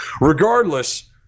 regardless